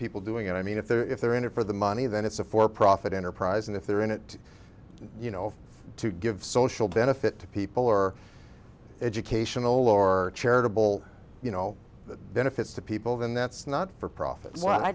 people doing it i mean if they're if they're in it for the money then it's a for profit enterprise and if they're in it you know to give social benefit to people or educational or charitable you know the benefits to people then that's not for profit